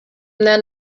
then